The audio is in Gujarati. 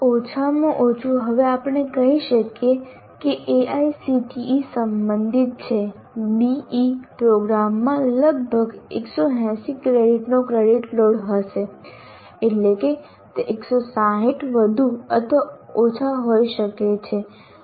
ઓછામાં ઓછું હવે આપણે કહી શકીએ કે AICTE સંબંધિત છે BE પ્રોગ્રામમાં લગભગ 160 ક્રેડિટનો ક્રેડિટ લોડ હશે એટલે કે તે 160 વધુ અથવા ઓછા હોઈ શકે છે